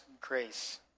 grace